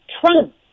Trump